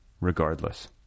regardless